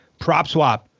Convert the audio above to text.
PropSwap